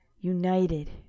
united